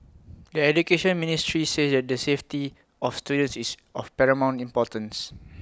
the Education Ministry says the safety of students is of paramount importance